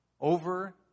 over